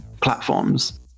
platforms